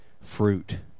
fruit